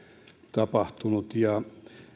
tapahtunut